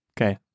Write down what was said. Okay